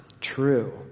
true